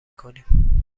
کنیم